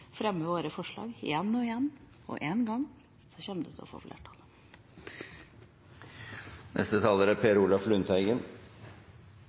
våre forslag – igjen og igjen – og en gang kommer vi til å få